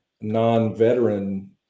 non-veteran